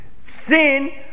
Sin